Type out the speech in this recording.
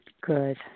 Good